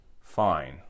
Fine